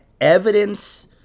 evidence